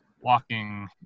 walking